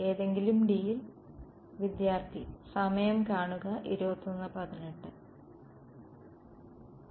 ഏതെങ്കിലും D യിൽ